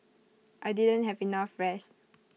I didn't have enough rest